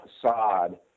facade